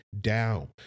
down